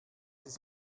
ist